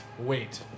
Wait